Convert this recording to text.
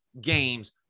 games